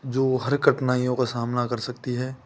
जो हर कठिनाइयों का सामना कर सकती है